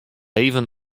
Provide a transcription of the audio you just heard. even